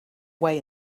way